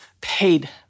paid